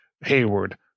Hayward